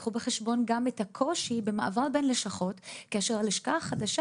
קחו בחשבון גם את הקושי במעבר בין לשכות כאשר הלשכה החדשה